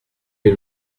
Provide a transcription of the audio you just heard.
est